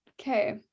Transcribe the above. okay